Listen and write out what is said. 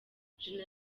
gen